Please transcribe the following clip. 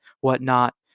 whatnot